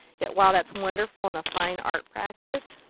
that while that's wonderful in a fine art practice,